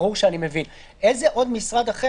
ברור שאני מבין איזה עוד משרד אחר